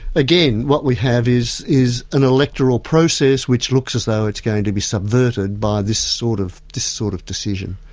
again what we have is is an electoral process which looks as though it's going to be subverted by this sort of sort of decision.